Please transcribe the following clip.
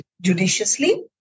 judiciously